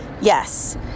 yes